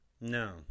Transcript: No